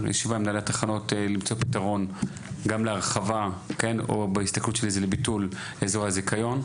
למצוא פתרון גם להרחבה או בהסתכלות שלי זה לביטול אזור הזיכיון.